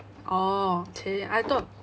oh !chey! I thought